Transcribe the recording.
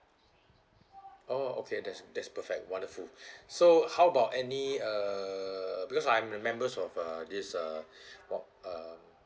oh okay that's that's perfect wonderful so how about any uh because I remember of uh this uh por~